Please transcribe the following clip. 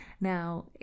Now